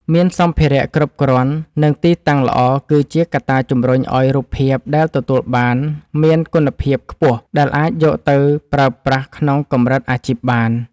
មានសម្ភារៈគ្រប់គ្រាន់ និង ទីតាំងល្អគឺជាកត្តាជម្រុញឱ្យរូបភាពដែលទទួលបានមានគុណភាពខ្ពស់ដែលអាចយកទៅប្រើប្រាស់ក្នុងកម្រិតអាជីពបាន។